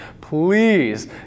please